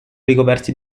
ricoperti